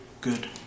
good